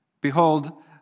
Behold